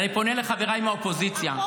ואני פונה לחבריי מהאופוזיציה,